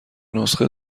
نسخه